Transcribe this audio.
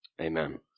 Amen